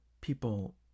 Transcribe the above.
people